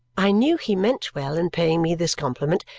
i knew he meant well in paying me this compliment,